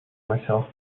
myself